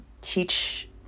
teach